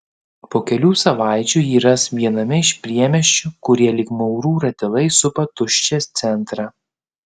po kelių savaičių jį ras viename iš priemiesčių kurie lyg maurų ratilai supa tuščią centrą